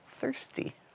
thirsty